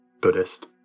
Buddhist